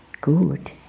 good